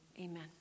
amen